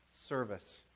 service